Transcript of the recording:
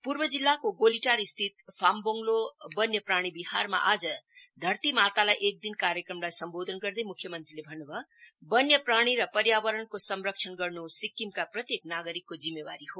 पूर्व जिल्लाको गोलीटारस्थित फामबोङ्लो वायप्राणी बिहारमा आज धरती मातालाई एक दिन कार्यक्रमलाई सम्बोधन गर्दै मुख्य मंत्रीले भन्नभयो वन्यप्रणी र पयार्वरणको संरक्षण गर्न सिक्किमका प्रत्येक नागरिकको जिम्मेवारी हो